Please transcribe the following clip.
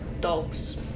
dogs